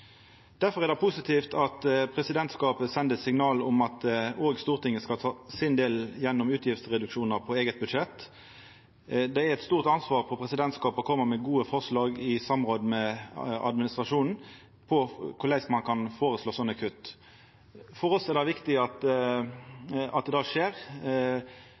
er det positivt at presidentskapet sende signal om at òg Stortinget skal ta sin del gjennom utgiftsreduksjonar på eige budsjett. Det er eit stort ansvar for presidentskapet å koma med gode forslag i samråd med administrasjonen om korleis ein kan føreslå slike kutt. For oss er det viktig at det skjer.